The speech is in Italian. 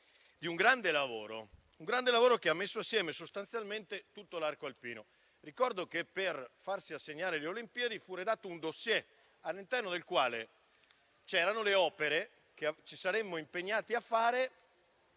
di un grande lavoro che ha messo insieme sostanzialmente tutto l'arco alpino. Ricordo che per farsi assegnare le Olimpiadi fu redatto un *dossier*, all'interno del quale c'erano le opere che ci saremmo impegnati a